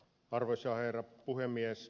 arvoisa herra puhemies